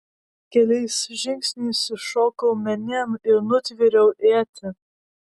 keliais žingsniais įšokau menėn ir nutvėriau ietį